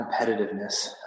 competitiveness